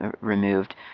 removed